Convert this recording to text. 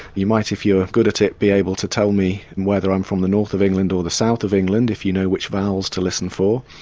you might if you're good at it be able to tell me and whether i'm from the north of england or the south of england if you know which vowels to listen for.